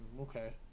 Okay